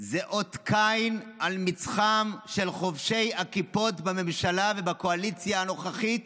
זה אות קין על מצחם של חובשי הכיפות בממשלה ובקואליציה הנוכחית